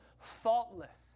faultless